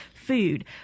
food